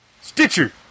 Stitcher